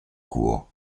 cour